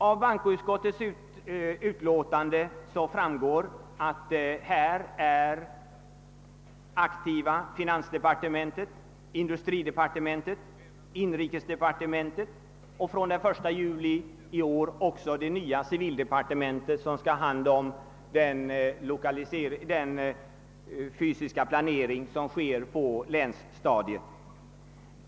Av bankoutskottets utlåtande framgår att här är aktiva finansdepartementet, industridepartementet, inrikesdepartementet och från den 1 juli i år även det nya civildepartementet som skall ha hand om den fysiska planeringen på länsstadiet.